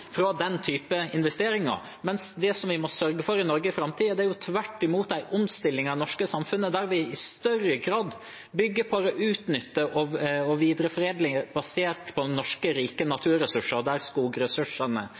fra den typen investeringer. Det vi må sørge for i Norge i framtiden, er tvert imot en omstilling av det norske samfunnet, der vi i større grad bygger på utnyttelse og videreforedling av rike norske naturressurser, der skogressursene